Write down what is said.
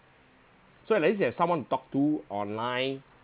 so at least you have someone to talk to online